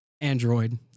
android